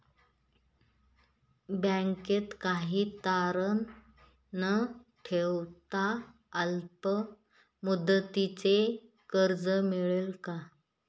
बँकेत काही तारण न ठेवता अल्प मुदतीचे कर्ज मिळेल का?